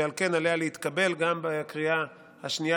ועל כן עליה להתקבל גם בקריאה השנייה